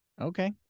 Okay